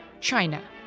China